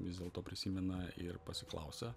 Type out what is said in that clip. vis dėlto prisimena ir pasiklausia